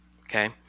okay